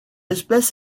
espèce